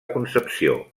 concepció